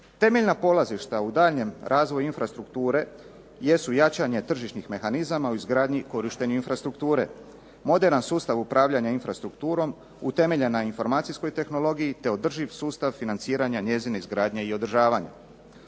Temeljna polazišta u daljnjem razvoju infrastrukture jesu jačanje tržišnih mehanizama u izgradnji i korištenju infrastrukture, moderan sustav upravljanja infrastrukturom utemeljen na informacijskoj tehnologiji te održiv sustav financiranja njezine izgradnje i održavanja.